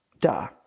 Duh